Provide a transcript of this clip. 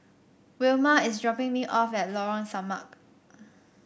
Wilma is dropping me off at Lorong Samak